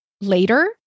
later